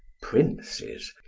princes,